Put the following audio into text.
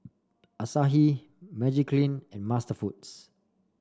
Asahi Magiclean and MasterFoods